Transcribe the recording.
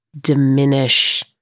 diminish